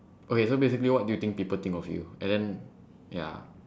okay so basically what do you think people think of you and then ya